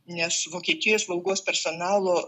nes vokietijoj slaugos personalo